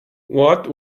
watt